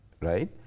right